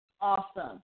Awesome